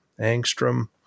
angstrom